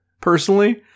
personally